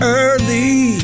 early